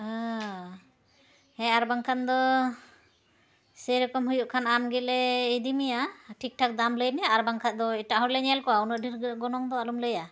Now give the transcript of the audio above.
ᱦᱮᱸ ᱟᱨ ᱵᱟᱝᱠᱷᱟᱱ ᱫᱚ ᱥᱮᱨᱚᱠᱚᱢ ᱦᱩᱭᱩᱜ ᱠᱷᱟᱱ ᱟᱢ ᱜᱮᱞᱮ ᱤᱫᱤ ᱢᱮᱭᱟ ᱴᱷᱤᱠᱴᱷᱟᱠ ᱫᱟᱢ ᱞᱟᱹᱭᱢᱮ ᱟᱨ ᱵᱟᱝᱠᱷᱟᱱ ᱫᱚ ᱮᱴᱟᱜ ᱦᱚᱲᱞᱮ ᱧᱮᱞ ᱠᱚᱣᱟ ᱩᱱᱟᱹᱜ ᱰᱷᱮᱨ ᱜᱚᱱᱚᱝᱫᱚ ᱟᱞᱚᱢ ᱞᱟᱹᱭᱟ